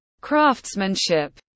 craftsmanship